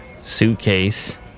suitcase